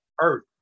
earth